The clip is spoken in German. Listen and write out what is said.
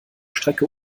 strecke